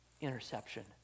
interception